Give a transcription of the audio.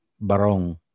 barong